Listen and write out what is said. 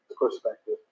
perspective